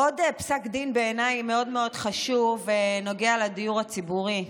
עוד פסק דין שבעיניי מאוד מאוד חשוב נוגע לדיור הציבורי,